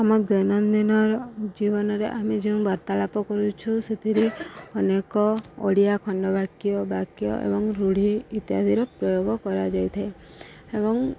ଆମ ଦୈନନ୍ଦିନ ଜୀବନରେ ଆମେ ଯେଉଁ ବାର୍ତ୍ତାଳାପ କରୁଛୁ ସେଥିରେ ଅନେକ ଓଡ଼ିଆ ଖଣ୍ଡବାକ୍ୟ ବାକ୍ୟ ଏବଂ ରୂଢ଼ି ଇତ୍ୟାଦିର ପ୍ରୟୋଗ କରାଯାଇଥାଏ ଏବଂ